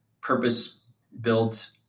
purpose-built